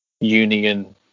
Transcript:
Union